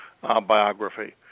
biography